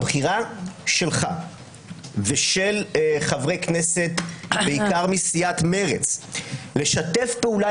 הבחירה שלך ושל חברי כנסת בעיקר מסיעת מרצ לשתף פעולה